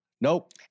nope